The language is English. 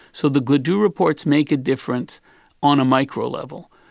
so the gladue reports make a difference on a micro level.